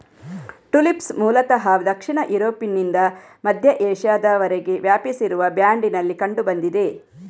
tulips ಮೂಲತಃ ದಕ್ಷಿಣ ಯುರೋಪ್ನಿಂದ ಮಧ್ಯ ಏಷ್ಯಾದವರೆಗೆ ವ್ಯಾಪಿಸಿರುವ ಬ್ಯಾಂಡಿನಲ್ಲಿ ಕಂಡು ಬಂದಿದೆ